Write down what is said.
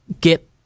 get